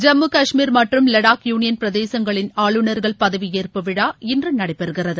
ஜம்மு காஷ்மீர் மற்றும் லடாக் யூனியன் பிரதேசங்களின் ஆளுநர்கள் பதவியேற்பு விழா இன்று நடைபெறுகிறது